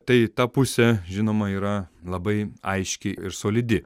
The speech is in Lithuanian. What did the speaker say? tai ta pusė žinoma yra labai aiški ir solidi